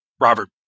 Robert